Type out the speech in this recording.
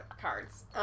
cards